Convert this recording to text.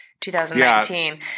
2019